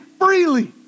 freely